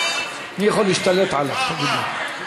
מי יכול להשתלט עליו, תגיד לי?